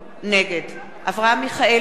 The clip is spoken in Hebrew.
נגד אברהם מיכאלי,